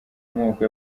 moko